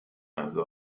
also